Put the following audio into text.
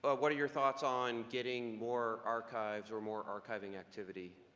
ah what are your thoughts on getting more archives or more archiving activity?